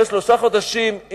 אחרי שלושה חודשים,